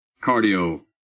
cardio